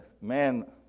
man